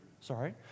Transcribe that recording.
sorry